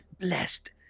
blessed